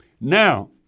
Now